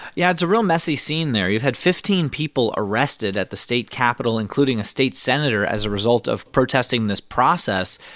yeah. it's a real messy scene there you've had fifteen people arrested at the state capitol, including a state senator, as a result of protesting this process.